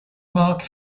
mark